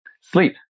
sleep